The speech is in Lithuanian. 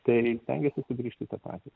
tai stengiasi sugrįžt į tą patį